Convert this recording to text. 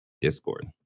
Discord